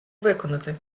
виконати